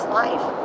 life